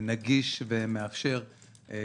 נגיש ומאפשר.